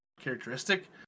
characteristic